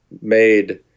made